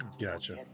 Gotcha